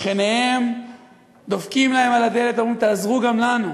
שכניהם דופקים להם על הדלת, אומרים: תעזרו גם לנו.